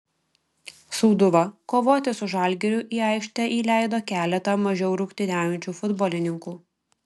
sūduva kovoti su žalgiriu į aikštę įleido keletą mažiau rungtyniaujančių futbolininkų